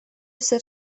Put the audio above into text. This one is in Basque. zer